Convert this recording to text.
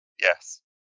yes